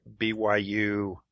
BYU